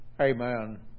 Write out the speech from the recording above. Amen